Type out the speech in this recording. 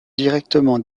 directement